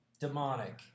demonic